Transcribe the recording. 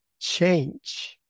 change